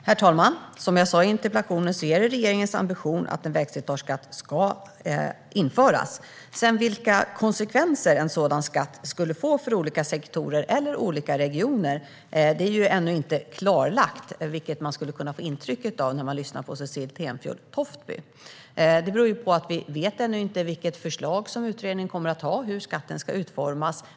Herr talman! Som jag sa i interpellationssvaret är det regeringens ambition att en vägslitageskatt ska införas. Vilka konsekvenser en sådan skatt skulle få för olika sektorer eller regioner är ännu inte klarlagt, vilket man kan få intrycket av när man lyssnar på Cecilie Tenfjord-Toftby. Det beror på att vi ännu inte vet vilket förslag utredningen kommer att ha om hur skatten ska utformas.